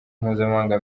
mpuzamahanga